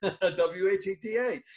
W-H-E-T-A